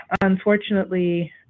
unfortunately